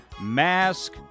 mask